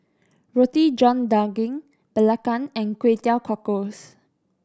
Roti John Daging belacan and Kway Teow Cockles